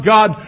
God